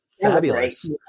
fabulous